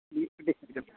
ᱟᱹᱰᱤ ᱥᱟᱹᱨᱤ ᱠᱟᱛᱷᱟ